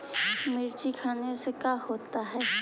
मिर्ची खाने से का होता है?